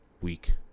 week